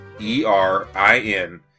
E-R-I-N